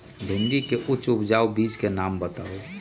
भिंडी के उच्च उपजाऊ बीज के नाम बताऊ?